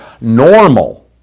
normal